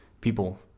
people